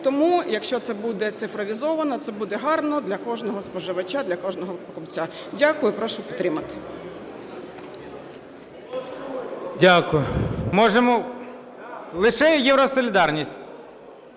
Тому, якщо це буде цифровізовано, це буде гарно для кожного споживача, для кожного покупця. Дякую. І прошу підтримати. ГОЛОВУЮЧИЙ. Дякую. Можемо... Лише "Євросолідарність"?